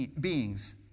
beings